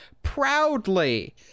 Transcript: proudly